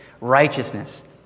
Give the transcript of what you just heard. righteousness